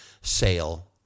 sale